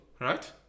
right